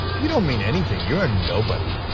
you don't mean anything, you're a nobody.